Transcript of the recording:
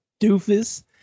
doofus